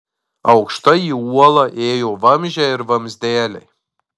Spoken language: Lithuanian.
aukštai į uolą ėjo vamzdžiai ir vamzdeliai